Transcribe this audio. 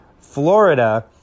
Florida